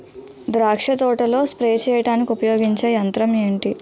ద్రాక్ష తోటలో స్ప్రే చేయడానికి ఉపయోగించే యంత్రం ఎంటి?